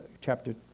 chapter